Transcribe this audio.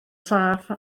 saff